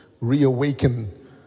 reawaken